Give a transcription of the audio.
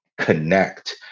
connect